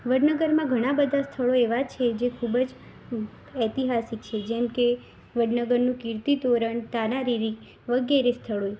વડનગરમાં ઘણા બધા સ્થળો એવા છે જે ખૂબ જ ઐતિહાસિક છે જેમ કે વડનગરનું કીર્તિ તોરણ તાના રીરી વગેરે સ્થળો